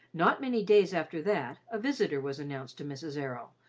not many days after that, a visitor was announced to mrs. errol,